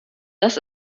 das